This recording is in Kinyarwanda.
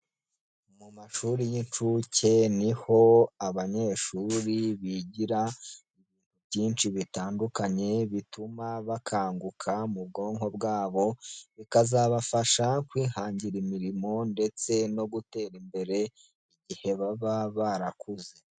Mu mashuri y'inshuke ni ho abanyeshuri bigira ibintu byinshi bitandukanye bituma bakanguka mu bwonko bwabo, bikazabafasha kwihangira imirimo ndetse no gutera imbere igihe baba barakuze.